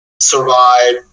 survive